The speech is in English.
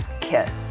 KISS